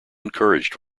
encouraged